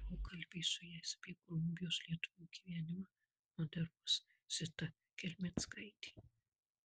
pokalbį su jais apie kolumbijos lietuvių gyvenimą moderuos zita kelmickaitė